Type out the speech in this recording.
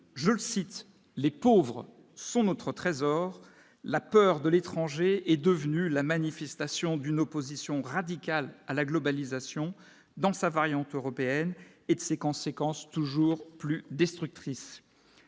je le cite : les pauvres sont notre trésor, la peur de l'étranger est devenue la manifestation d'une opposition radicale à la globalisation dans sa variante européenne et de ses conséquences toujours plus destructrices